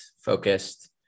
focused